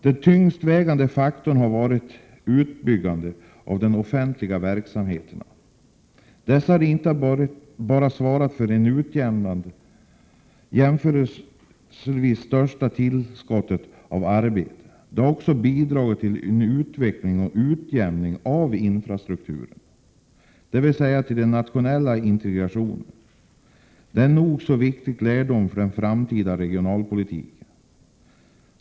Den tyngst vägande faktorn har varit utbyggnaden av de offentliga verksamheterna. Dessa har svarat inte bara för det utan jämförelse största tillskottet av arbeten, utan har också bidragit till en utveckling och utjämning av infrastrukturen — dvs. till den nationella integrationen. Detta är en nog så viktig lärdom för den framtida regionalpolitiken.